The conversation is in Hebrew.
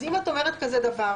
אז אם את אומרת כזה דבר,